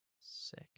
sick